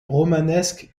romanesque